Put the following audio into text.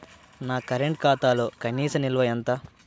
నా కరెంట్ ఖాతాలో కనీస నిల్వ ఎంత?